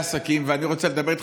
ואני רוצה לדבר איתך,